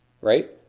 right